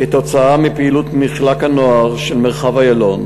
כתוצאה מפעילות מחלק הנוער של מרחב איילון